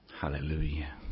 Hallelujah